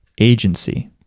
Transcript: agency